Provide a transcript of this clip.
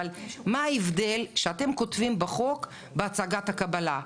אבל מה ההבדל כשאתם כותבים בחוק "בהצגת הקבלה".